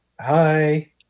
hi